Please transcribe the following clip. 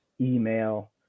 email